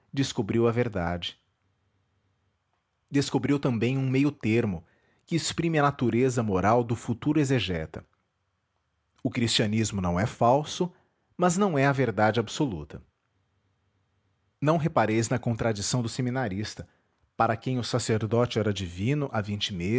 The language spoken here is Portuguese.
descobriu a verdade descobriu também um meio-termo que exprime a natureza moral do futuro exegeta o cristianismo não é falso mas não é a verdade absoluta não repareis na contradição do seminarista para quem o sacerdócio era divino há vinte